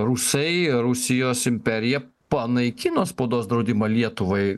rusai rusijos imperija panaikino spaudos draudimą lietuvai